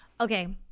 okay